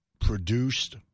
produced